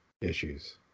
issues